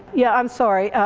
yeah, i'm sorry.